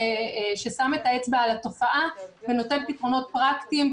ששם את האצבע על התופעה ונותן פתרונות פרקטיים,